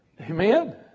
Amen